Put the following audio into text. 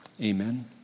Amen